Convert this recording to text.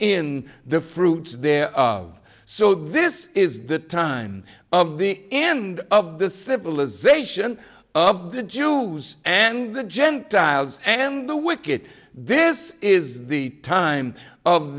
in the fruits thereof so this is the time of the end of the civilization of the jews and the gentiles and the wicked this is the time of